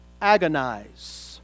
agonize